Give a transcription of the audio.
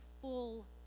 full